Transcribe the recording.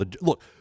Look